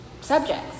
subjects